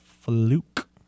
fluke